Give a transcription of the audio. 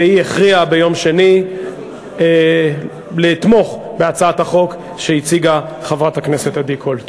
והיא הכריעה ביום שני לתמוך בהצעת החוק שהציגה חברת הכנסת עדי קול.